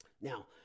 Now